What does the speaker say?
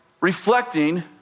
reflecting